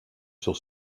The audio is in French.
sur